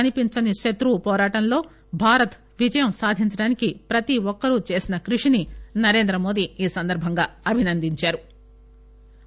కనిపించని శత్రువు పోరాటంలో భారత్ విజయం సాధించడానికి ప్రతి ఒక్కరూ చేసిన కృషిని నరేంద్రమోదీ ఈ సందర్భంగా అభినందించారు